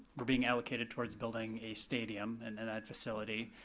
were being allocated towards building a stadium and and a facility.